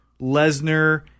Lesnar